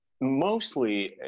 mostly